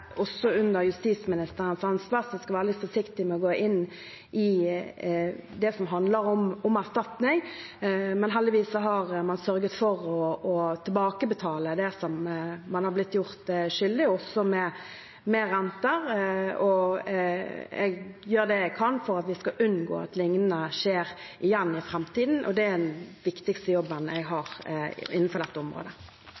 gå inne i det som handler om erstatning. Heldigvis har man sørget for å tilbakebetale det som man har blitt gjort skyldig i, også med renter. Jeg gjør det jeg kan for at vi skal unngå at liknende skjer igjen i framtiden, og det er den viktigste jobben jeg